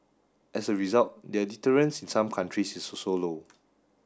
as a result their deterrence in some countries is also low